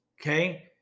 okay